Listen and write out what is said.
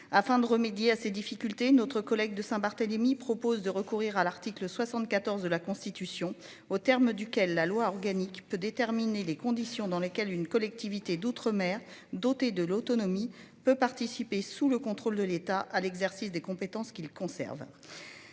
Afin de remédier à ces difficultés, notre collègue de Saint Barthélémy propose de recourir à l'article 74 de la Constitution aux termes duquel la loi organique peut déterminer les conditions dans lesquelles une collectivité d'outre-mer doté de l'autonomie peut participer sous le contrôle de l'État à l'exercice des compétences qu'il conserve.